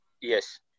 Yes